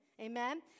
Amen